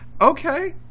Okay